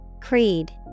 Creed